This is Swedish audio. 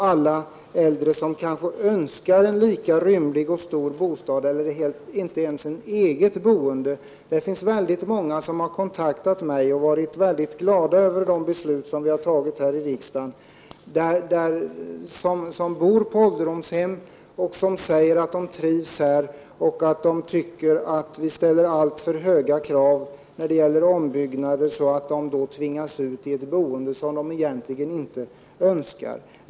Alla äldre önskar kanske inte en lika rymlig bostad, kanske inte ens ett eget boende. Många människor har kontaktat mig och uttryckt sin glädje över de beslut som vi har fattat här i riksdagen. Många av dessa bor på ålderdomshem och säger att de trivs där. De tycker att vi ställer alltför höga krav när det gäller ombyggnader, så att de då tvingas ut i ett boende som de egentligen inte önskar.